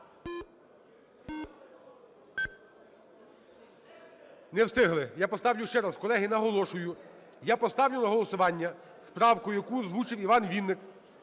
Не встигли. Я поставлю ще раз, колеги. Наголошую, я поставлю на голосування з правкою, яку озвучив Іван Вінник.